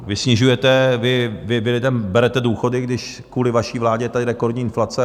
Vy snižujete, vy lidem berete důchody, když kvůli vaší vládě tady je rekordní inflace.